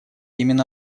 именно